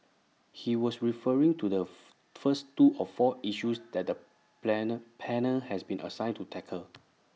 he was referring to the fur first two of four issues that the planet panel has been assigned to tackle